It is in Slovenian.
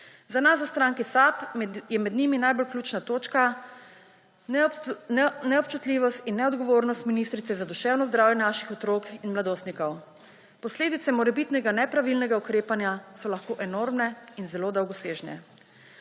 Za nas v stranki SAB je med njimi najbolj ključna točka neobčutljivost in neodgovornost ministrice za duševno zdravje naših otrok in mladostnikov. Posledice morebitnega nepravilnega ukrepanja so lahko enormne in zelo daljnosežne.